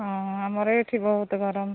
ହଁ ଆମର ଏଠି ବହୁତ ଗରମ